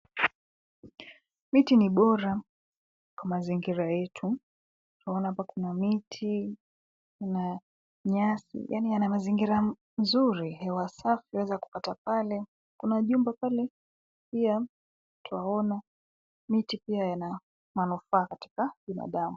Miti ni bora kwa mazingira yetu. Twaona hapa kuna miti, kuna nyasi; yaani yana mazingira mzuri, hewa safi twaweza kupata pale. Kuna jumba pale pia twaona miti pia yana manufaa katika binadamu.